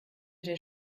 der